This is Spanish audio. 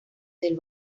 del